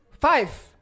Five